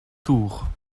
tours